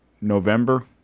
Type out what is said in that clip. November